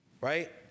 Right